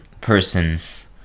person's